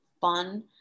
fun